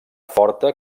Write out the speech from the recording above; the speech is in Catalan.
forta